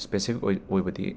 specific ꯑꯣꯏ ꯑꯣꯏꯕꯗꯤ